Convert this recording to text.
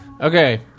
okay